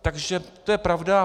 Takže to je pravda.